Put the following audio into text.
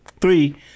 three